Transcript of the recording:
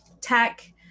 tech